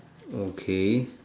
okay